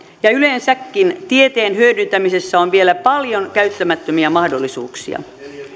ja yleensäkin tieteen hyödyntämisessä on vielä paljon käyttämättömiä mahdollisuuksia